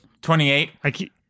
28